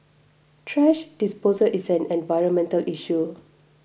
thrash disposal is an environmental issue